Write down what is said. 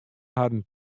harren